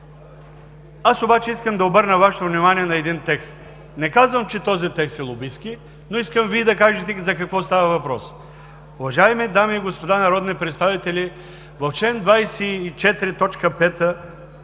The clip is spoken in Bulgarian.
Аз обаче искам да обърна Вашето внимание на един текст. Не казвам, че този текст е лобистки, но искам Вие да кажете за какво става въпрос. Уважаеми дами и господа народни представители! В чл. 24, т.